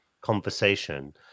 conversation